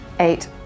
Eight